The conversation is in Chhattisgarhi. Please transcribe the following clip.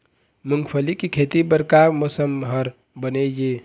मूंगफली के खेती बर का मौसम हर बने ये?